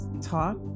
talk